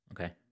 Okay